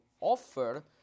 offer